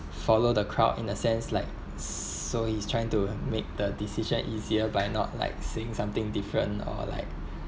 follow the crowd in a sense like so he's trying to make the decision easier by not like saying something different or like